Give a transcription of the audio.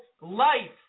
life